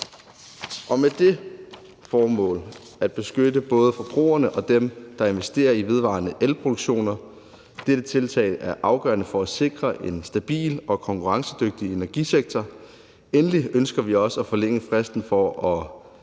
med det formål at beskytte både forbrugeren og dem, der investerer i vedvarende el-produktion. Dette tiltag er afgørende for at sikre en stabil og konkurrencedygtig energisektor. Endelig ønsker vi også at forlænge fristen for